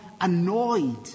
annoyed